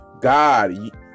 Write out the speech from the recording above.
god